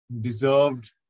deserved